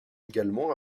également